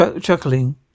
Chuckling